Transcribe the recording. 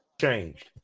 changed